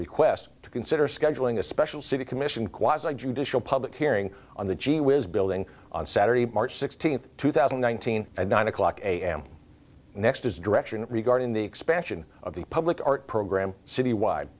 request to consider scheduling a special city commission qualify judicial public hearing on the gee whiz building on saturday march sixteenth two thousand one thousand and nine o'clock am next is direction regarding the expansion of the public art program citywide